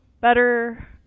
better